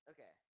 Okay